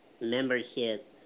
membership